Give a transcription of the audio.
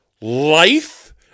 life